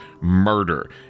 murder